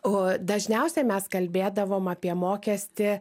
o dažniausiai mes kalbėdavom apie mokestį